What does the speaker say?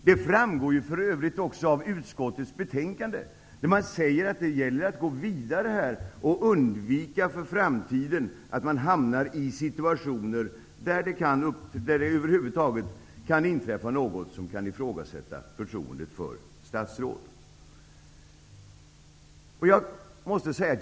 Det framgår för övrigt också av utskottets betänkande, där det sägs att det gäller att gå vidare och undvika för framtiden att man hamnar i situationer där det över huvud taget kan inträffa något som gör att förtroendet för statsråd kan ifrågasättas.